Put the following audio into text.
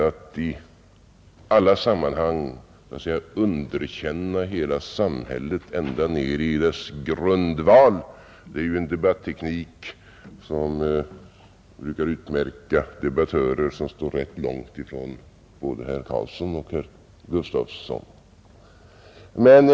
Att i alla sammanhang underkänna hela samhället ända ned i dess grundval är ju en debatteknik som brukar utmärka debattörer som står rätt långt från både herr Karlsson i Huskvarna och herr Gustavsson i Alvesta.